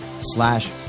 slash